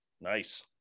Nice